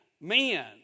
men